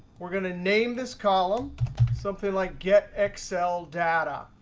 we're going to name this column something like get excel data.